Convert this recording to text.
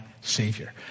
Savior